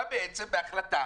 אתה בעצם בהחלטה